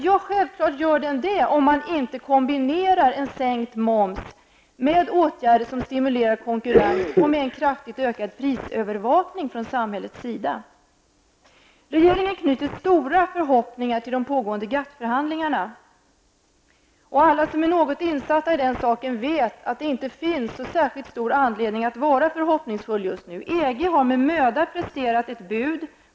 Ja, självfallet, om man inte kombinerar sänkt moms med åtgärder som stimulerar konkurrens, och med en kraftigt ökad prisövervakning från samhällets sida. Regeringen knyter stora förhoppningar till de pågående GATT-förhandlingarna. Alla som är något insatta i den saken vet att det inte finns så särskilt stor anledning att vara förhoppningsfull just nu. EG har med möda presterat ett bud.